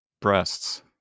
breasts